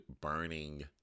burning